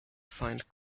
find